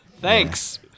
thanks